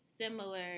similar